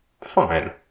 fine